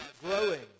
growing